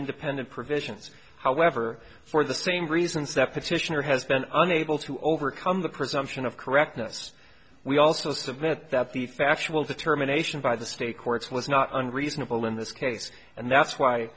independent provisions however for the same reason step petitioner has been unable to overcome the presumption of correctness we also submit that the factual determination by the state courts was not under reasonable in this case and that's why